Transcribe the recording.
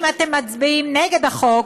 אם אתם מצביעים נגד החוק,